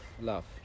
love